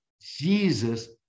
Jesus